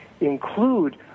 include